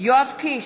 יואב קיש,